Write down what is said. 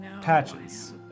Patches